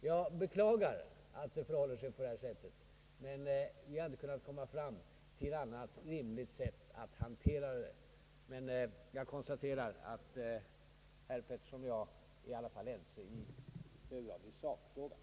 Jag beklagar att det förhåller sig på detta sätt, men vi har inte kunnat komma fram till ett annat rimligt sätt att hantera denna fråga. Jag konstaterar dock att herr Peterson och jag i alla fall i hög grad är ense i sakfrågan.